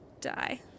die